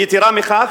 יתירה מכך,